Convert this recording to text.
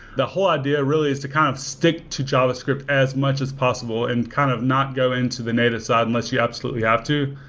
the whole idea really is to kind of stick to javascript as much as possible and kind of not go into the native side unless you absolutely have to.